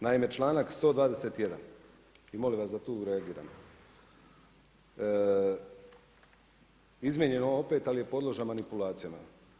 Naime članak 121. i molim vas da tu reagiram, izmijenjen opet, ali je podložan manipulacijama.